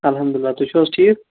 اَلحَمدُاللہ تُہۍ چھِوٕ حظ ٹھیٖک